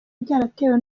byaratewe